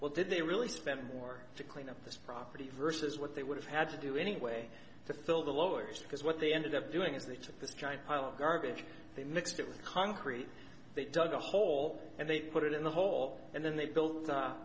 well did they really spend more to clean up this property versus what they would have had to do anyway to fill the lowers because what they ended up doing is they took this giant pile of garbage they mixed it with concrete they dug a hole and they put it in the hole and then they built